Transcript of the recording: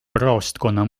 praostkonna